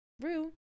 rue